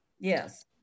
Yes